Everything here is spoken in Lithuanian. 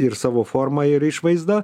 ir savo forma ir išvaizda